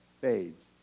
fades